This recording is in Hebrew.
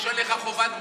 יש עליך חובת גיוס,